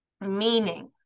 Meaning